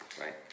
right